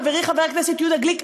חברי חבר הכנסת יהודה גליק.